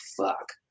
fuck